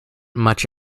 much